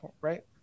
right